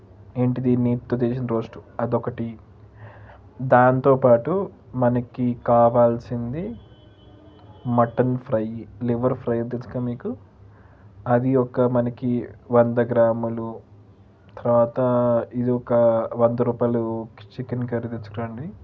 ఏంటిది నేత్తో చేసిన రోస్ట్ అదొకటి దాంతోపాటు మనకి కావాల్సింది మటన్ ఫ్రై లివర్ ఫ్రై తెలుసుగా మీకు అది ఒక మనకి వంద గ్రాములు తర్వాత ఇది ఒక వంద రూపాలు చికెన్ కర్రీ తీసుకరండి